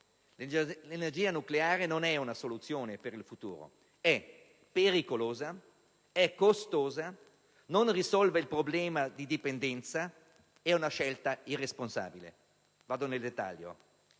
L'energia nucleare non è una soluzione per il futuro: è pericolosa, è costosa, non risolve il nostro problema di dipendenza, è una scelta irresponsabile. Entro nel dettaglio.